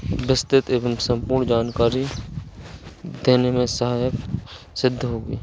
विस्तृत एवं सम्पूर्ण जानकारी देने में सहायक सिद्ध होगी